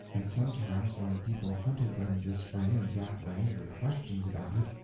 and sometimes when people hunted them this way and that way with questions about it,